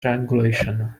triangulation